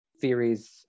theories